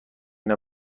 چرا